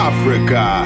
Africa